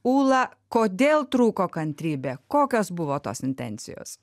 ūla kodėl trūko kantrybė kokios buvo tos intencijos